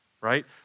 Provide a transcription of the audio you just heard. right